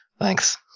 Thanks